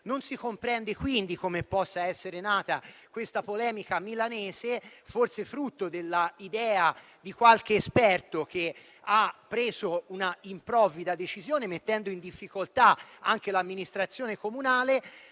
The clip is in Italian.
Non si comprende quindi come possa essere nata questa polemica milanese, forse frutto dell'idea di qualche esperto che ha preso una improvvida decisione, mettendo in difficoltà anche l'amministrazione comunale.